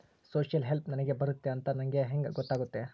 Social help ನನಗೆ ಬರುತ್ತೆ ಅಂತ ನನಗೆ ಹೆಂಗ ಗೊತ್ತಾಗುತ್ತೆ?